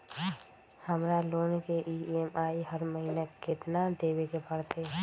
हमरा लोन के ई.एम.आई हर महिना केतना देबे के परतई?